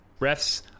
Refs